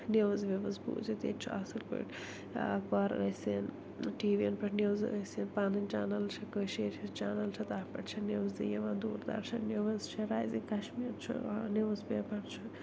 news views بوزِتھ ییٚتہِ چھُ اصٕل پٲٹھۍ اخبار ٲسِنۍ ٹی وی ین پٮ۪ٹھ نِوزٕ ٲسِنۍ پنٕنۍ چنل چھِ کٔشیٖرِ ہِنٛز چنل چھِ تتھ پٮ۪ٹھ چھِ نوزٕ یِوان دوٗر درشن نِوٕز چھِ رایزِنٛگ کشمیٖر چھِ نِوٕز پیپر چھُ